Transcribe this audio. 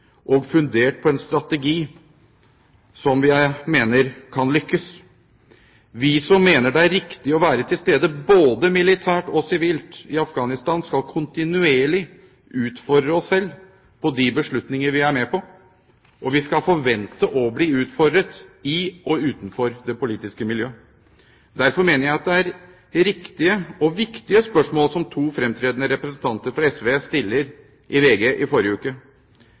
og fundert på en strategi som jeg mener kan lykkes. Vi som mener det er riktig å være til stede både militært og sivilt i Afghanistan, skal kontinuerlig utfordre oss selv på de beslutninger vi er med på, og vi skal forvente å bli utfordret i og utenfor det politiske miljø. Derfor mener jeg det er riktige og viktige spørsmål to fremtredende representanter fra SV stiller i VG i forrige uke.